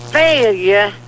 failure